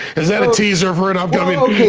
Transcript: is that a teaser for an upcoming? well,